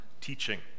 teaching